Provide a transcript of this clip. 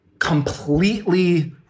Completely